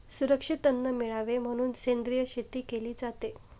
सुरक्षित अन्न मिळावे म्हणून सेंद्रिय शेती केली जाते